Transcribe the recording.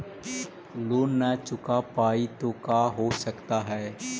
Loan न चुका पाई तो का हो सकता है?